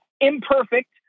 imperfect